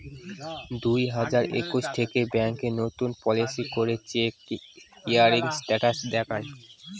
দুই হাজার একুশ থেকে ব্যাঙ্ক নতুন পলিসি করে চেক ক্লিয়ারিং স্টেটাস দেখায়